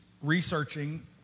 researching